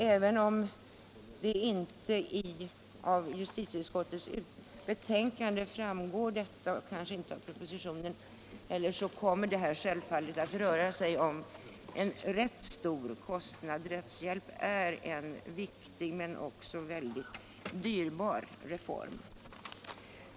Även om det inte framgår av justitieutskottets betänkande, och kanske inte heller av propositionen, kommer det här självfallet att röra sig om rätt stora kostnader. Rättshjälp är en viktig men också mycket dyrbar reform.